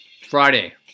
Friday